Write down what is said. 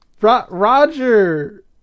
Roger